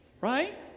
Right